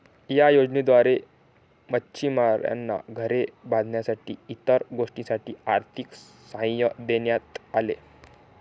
या योजनेद्वारे मच्छिमारांना घरे बांधण्यासाठी इतर गोष्टींसाठी आर्थिक सहाय्य देण्यात आले